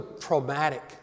traumatic